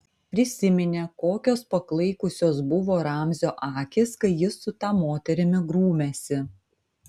prisiminė kokios paklaikusios buvo ramzio akys kai jis su ta moterimi grūmėsi